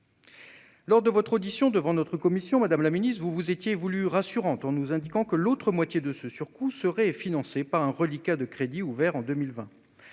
lors de votre audition devant notre commission, vous vous êtes voulue rassurante, en nous indiquant que l'autre moitié de ce surcoût serait financée par un reliquat de crédits ouverts en 2020.